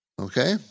Okay